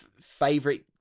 favorite